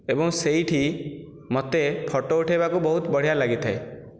ଏବଂ ସେଇଠି ମୋତେ ଫଟୋ ଉଠେଇବାକୁ ବହୁତ ବଢ଼ିଆ ଲାଗିଥାଏ